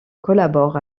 collabore